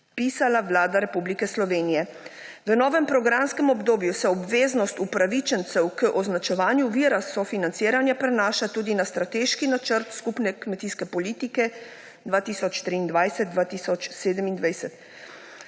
predpisala Vlada Republike Slovenije. V novem programskem obdobju se obveznost upravičencev k označevanju vira sofinanciranja prenaša tudi na strateški načrt skupne kmetijske politike 2023−2027.